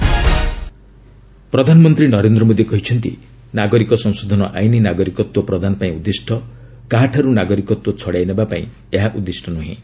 PM CAA ପ୍ରଧାନମନ୍ତ୍ରୀ ନରେନ୍ଦ୍ର ମୋଦି କହିଛନ୍ତି ନାଗରିକ ସଂଶୋଧନ ଆଇନ ନାଗରିକତ୍ୱ ପ୍ରଦାନ ପାଇଁ ଉଦ୍ଦିଷ୍ଟ କାହଠାରୁ ନାରିକତ୍ୱ ଛଡ଼ାଇ ନେବାପାଇଁ ଏହା ଉଦ୍ଦିଷ୍ଟ ନୂହେଁ